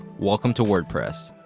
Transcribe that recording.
welcome to wordpress.